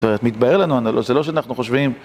זה מתבהר לנו, זה לא שאנחנו חושבים...